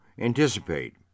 anticipate